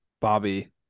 Bobby